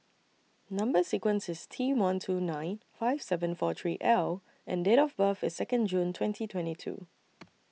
Number sequence IS T one two nine five seven four three L and Date of birth IS Second June twenty twenty two